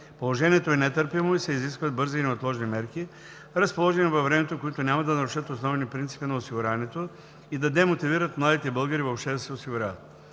Положението е нетърпимо и се изискват бързи и неотложни мерки, разположени във времето, които няма да нарушат основни принципи на осигуряването и да демотивират младите българи въобще да се осигуряват.